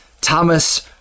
Thomas